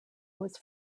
was